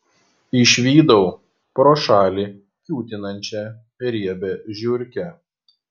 išvydau pro šalį kiūtinančią riebią žiurkę